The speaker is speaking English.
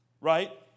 Right